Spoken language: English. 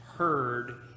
heard